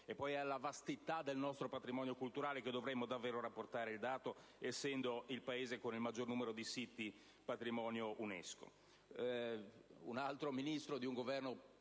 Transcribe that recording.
Ma è alla vastità del nostro patrimonio culturale che dovremmo davvero rapportare il dato, essendo il Paese con il maggiore numero di siti patrimonio UNESCO.